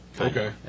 Okay